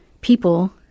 people